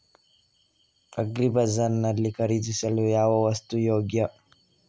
Agri bazaar ನಲ್ಲಿ ಖರೀದಿಸಲು ಯಾವ ವಸ್ತು ಯೋಗ್ಯ?